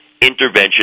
intervention